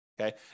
okay